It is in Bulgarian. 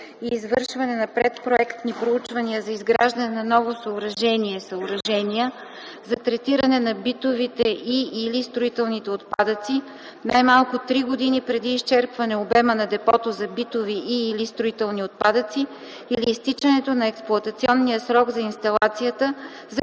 и извършване на предпроектни проучвания за изграждане на ново съоръжение/я за третиране на битовите и/или строителните отпадъци най-малко 3 години преди изчерпване обема на депото за битови и/или строителни отпадъци или изтичането на експлоатационния срок на инсталацията, за